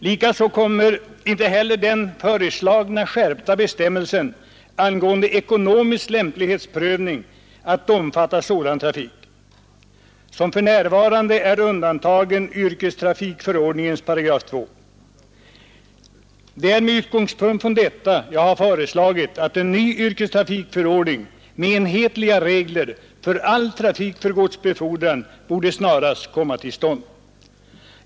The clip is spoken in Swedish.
Likaså kommer inte heller den föreslagna skärpta bestämmelsen angående ekonomisk lämplighetsprövning att omfatta sådan trafik, som för närvarande är undantagen yrkestrafikförordningens 2 §. Det är med utgångspunkt i detta jag föreslagit att ny yrkestrafikförordning med enhetliga regler för all trafik för godsbefordran snarast skall komma till stånd.